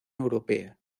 europea